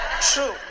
True